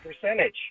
percentage